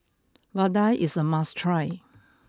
vadai is a must try